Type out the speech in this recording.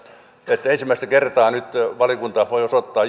että ensimmäistä kertaa nyt valiokunta voi osoittaa